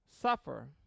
suffer